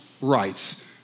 rights